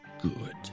good